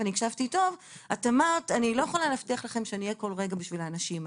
שהיא לא יכולה להבטיח להיות כל רגע בשביל האנשים האלה.